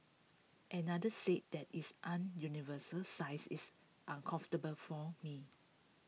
another said that its an universal size is uncomfortable for me